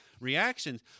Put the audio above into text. reactions